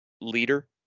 leader